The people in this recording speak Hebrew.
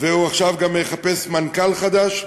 והוא עכשיו גם מחפש מנכ"ל חדש.